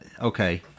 Okay